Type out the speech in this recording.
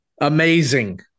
amazing